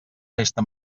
festa